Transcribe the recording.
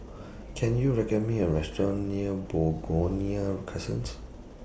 Can YOU recall Me A Restaurant near Begonia Crescent